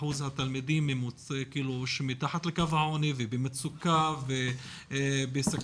אחוז התלמידים שהם מתחת לקו העוני ובמצוקה ובסכנה,